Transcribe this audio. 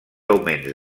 augments